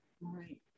right